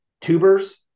tubers